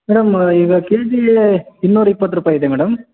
madam ಈಗ ಕೆ ಜಿಗೆ ಇನ್ನೂರಿಪ್ಪತ್ತು ರೂಪಾಯಿ ಇದೆ ಮೇಡಮ್